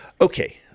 Okay